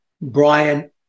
Brian